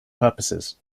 purposes